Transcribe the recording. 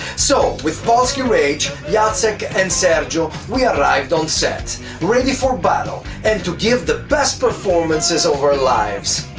so with polsky rage, yeah jacek and sergio we arrived on set ready for battle and to give the best performances of our lives.